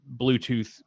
Bluetooth